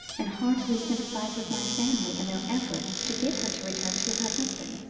and heartily sympathise with my family in their effort to get her to return to her husband.